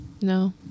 No